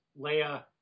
Leia